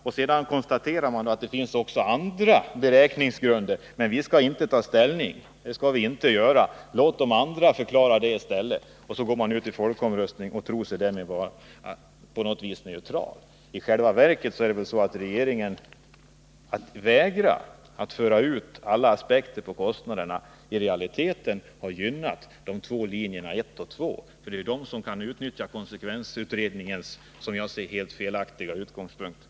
Regeringen konstaterar vidare: Det finns också andra beräkningsgrunder, men vi skall inte ta ställning. Låt de andra förklara det hela i stället. — Sedan går man ut i folkomröstning och tror sig därmed vara neutral. I själva verket har regeringen, genom att vägra föra ut alla aspekter på kostnaderna, gynnat de två linjerna 1 och 2. Det är de som kan utnyttja konsekvensutredningens, som jag ser det, helt felaktiga utgångspunkter.